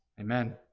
Amen